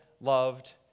loved